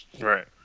right